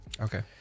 Okay